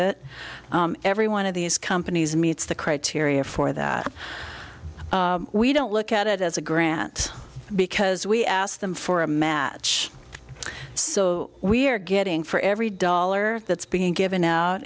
it every one of these companies meets the criteria for that we don't look at it as a grant because we asked them for a match so we're getting for every dollar that's being given out